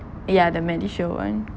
ya the MediShield [one]